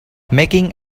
making